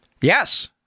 Yes